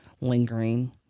lingering